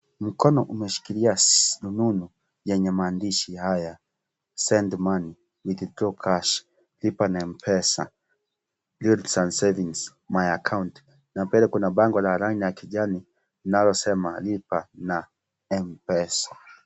Mkono umeshikilia rununu yenye maandishi haya send money, withdraw cash, lipa na mpesa , loans and savings ,my account na mbele kuna bango la rangi ya kijani linalosema lipa na mpesa.